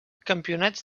campionats